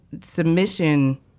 submission